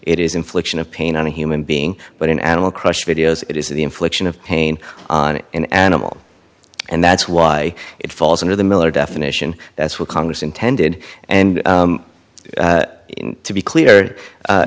is infliction of pain on a human being but an animal crush videos it is the infliction of pain on an animal and that's why it falls under the miller definition that's what congress intended and to be clear